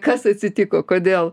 kas atsitiko kodėl